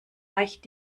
reicht